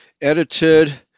edited